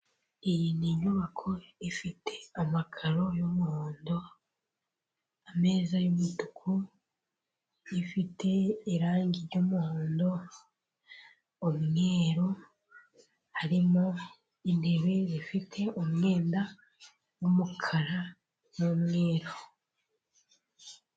Iyi ni inyubako ifite amakaro y'umuhondo, ameza y'umutuku, ifite irangi ry'umuhondo, umweru. Harimo intebe zifite umwenda w'umukara n'umweru.